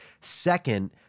Second